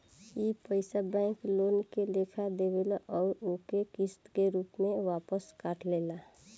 ई पइसा bank loan के लेखा देवेल अउर ओके किस्त के रूप में वापस काट लेला